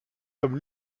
comme